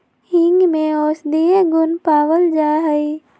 हींग में औषधीय गुण पावल जाहई